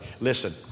Listen